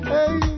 Hey